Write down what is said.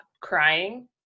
crying